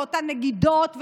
אותן נגידות,